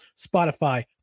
Spotify